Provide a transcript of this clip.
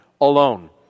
alone